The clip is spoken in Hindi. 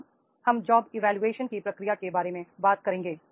अब हम जॉब इवोल्यूशन की प्रक्रिया के बारे में बात करेंगे